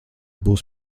būs